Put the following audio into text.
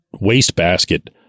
wastebasket